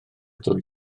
ddwy